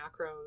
macros